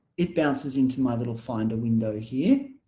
it bounces into my little finder window here